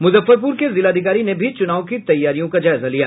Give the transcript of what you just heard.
मुजफ्फरपुर के जिलाधिकारी ने भी चुनाव की तैयारियों का जायजा लिया